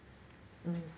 mm